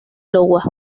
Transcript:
iowa